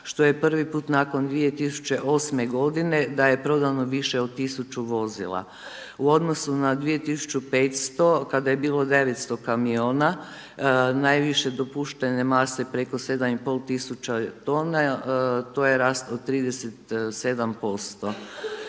što je prvi put nakon 2008. godine da je prodano više od 1000 vozila. U odnosu na 2500 kada je bilo 900 kamiona najviše dopuštene mase preko 7 i pol tisuća tona, to je rast od 37%.